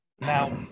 now